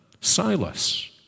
Silas